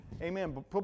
Amen